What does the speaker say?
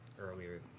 earlier